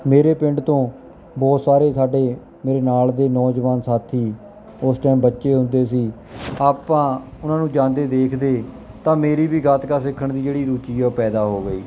ਮੇਰੇ ਪਿੰਡ ਤੋਂ ਬਹੁਤ ਸਾਰੇ ਸਾਡੇ ਮੇਰੇ ਨਾਲ ਦੇ ਨੌਜਵਾਨ ਸਾਥੀ ਉਸ ਟਾਈਮ ਬੱਚੇ ਹੁੰਦੇ ਸੀ ਆਪਾਂ ਉਹਨਾਂ ਨੂੰ ਜਾਂਦੇ ਦੇਖਦੇ ਤਾਂ ਮੇਰੀ ਵੀ ਗੱਤਕਾ ਸਿੱਖਣ ਦੀ ਜਿਹੜੀ ਰੁਚੀ ਹੈ ਉਹ ਪੈਦਾ ਹੋ ਗਈ